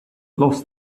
lost